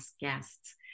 guests